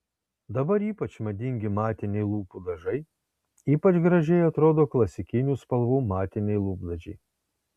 dabar ypač madingi matiniai lūpų dažai ypač gražiai atrodo klasikinių spalvų matiniai lūpdažiai